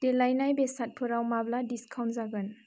देलायनाय बेसादफोराव माब्ला डिसकाउन्ट जागोन